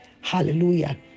Hallelujah